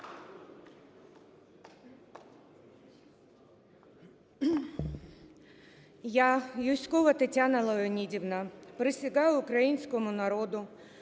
Я, Юзькова Тетяна Леонідівна, присягаю українському народу